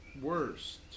worst